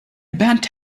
burnt